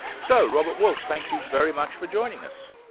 so, robert wolff, thank you very much for joining us.